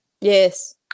Yes